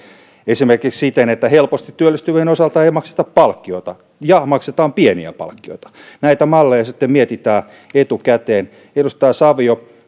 esimerkiksi siten että helposti työllistyvien osalta ei makseta palkkiota ja että maksetaan pieniä palkkioita näitä malleja sitten mietitään etukäteen edustaja savio